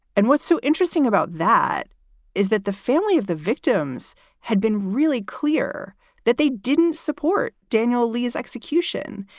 and what's so interesting about that is that the family of the victims had been really clear that they didn't support daniel lee's execution.